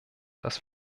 das